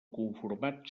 conformat